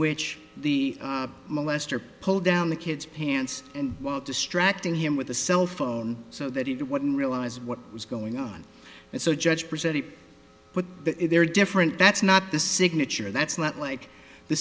which the molester pulled down the kid's pants and distracting him with a cell phone so that it wouldn't realize what was going on and so judge present it but there are different that's not the signature that's not like the